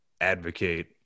advocate